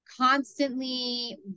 constantly